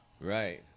Right